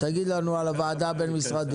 תגיד לנו על הוועדה הבין-משרדית.